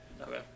Okay